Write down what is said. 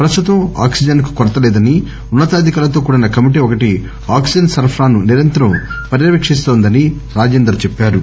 ప్రస్తుతం ఆక్సిజన్ కు కొరత లేదని ఉన్న తాధికారులతో కూడిన కమిటీ ఒకటి ఆక్సిజన్ సరఫరాను నిరంతరం పర్యవేక్షిస్తోందని రాజేందర్ చెప్పారు